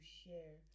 share